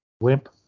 Wimp